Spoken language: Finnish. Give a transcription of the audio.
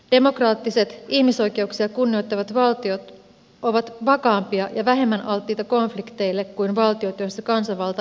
demokraattiset ihmisoi keuksia kunnioittavat valtiot ovat vakaampia ja vähemmän alttiita konflikteille kuin valtiot joissa kansanvalta ei toteudu